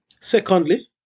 Secondly